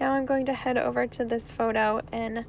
now i'm going to head over to this photo and